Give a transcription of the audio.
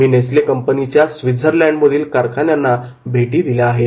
मी Nestle कंपनीच्या स्विझरलँडमधील कारखान्यांना भेटी दिल्या आहेत